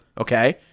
okay